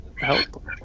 help